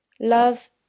Love